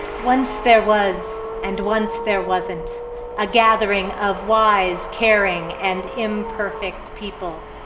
once there was and once there wasn't a gathering of wise, caring, and imperfect people.